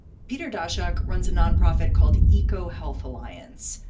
peter d'asia runs a non-profit called eco health alliance,